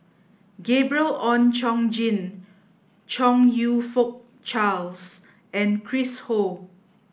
Gabriel Oon Chong Jin Chong You Fook Charles and Chris Ho